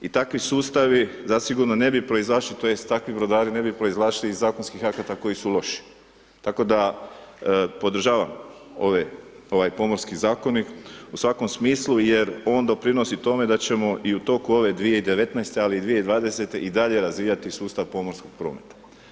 I takvi sustavi zasigurno ne bi proizašli tj. takvi brodari ne bi proizašli iz zakonskih akata koji su loši, tako da podržavam ovaj Pomorski zakonik u svakom smislu jer on doprinosi tome da ćemo i u toku ove 2019., ali i 2020. i dalje razvijati sustav pomorskog prometa.